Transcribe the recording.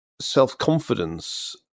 self-confidence